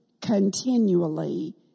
continually